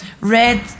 red